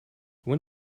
when